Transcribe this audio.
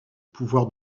pouvoir